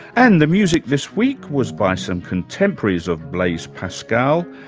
and the music this week was by some contemporaries of blaise pascal,